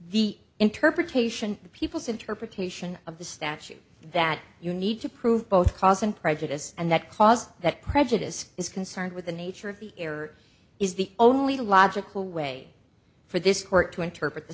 the interpretation of people's interpretation of the statute that you need to prove both cause and prejudice and that cause that prejudice is concerned with the nature of the error is the only logical way for this court to interpret the